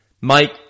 mike